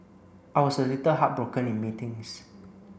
I was a little heartbroken in meetings